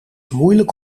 moeilijk